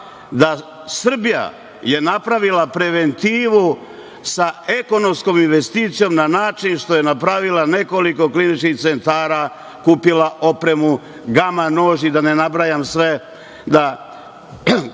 je Srbija napravila preventivu sa ekonomskom investicijom, a na način što je napravila nekoliko kliničkih centara, kupila opremu, gama nož i da ne nabrajam sve, da